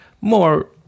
More